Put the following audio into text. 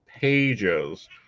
pages